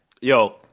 Yo